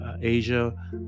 Asia